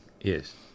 Yes